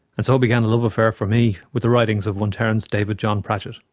and so began a love affair for me with the writings of one terence david john pratchett.